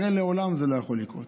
הרי לעולם זה לא יכול לקרות.